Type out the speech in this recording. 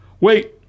Wait